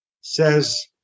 says